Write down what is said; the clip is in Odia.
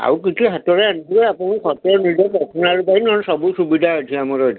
ଆଉ କିଛି ହାତରେ ଆଣିଥିବେ ଆପଣଙ୍କର ଖର୍ଚ୍ଚ ନିଜ ପର୍ସନାଲ୍ ପାଇଁ ନହେଲେ ସବୁ ସୁବିଧା ଅଛି ଆମର ଏଠି